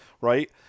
Right